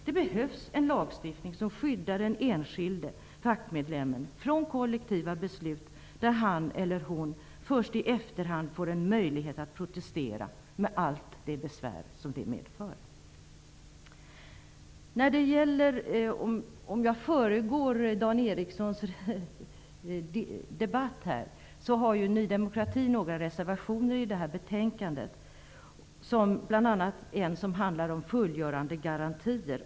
Det behövs en lagstiftning som skyddar den enskilde fackmedlemmen från kollektiva beslut som han eller hon först i efterhand får en möjlighet att protestera mot, med allt det besvär som det medför. Ny demokrati har avgett några reservationer till detta betänkande, bl.a. en som handlar om fullgörandegarantier.